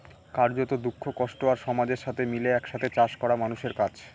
কার্যত, দুঃখ, কষ্ট আর সমাজের সাথে মিলে এক সাথে চাষ করা মানুষের কাজ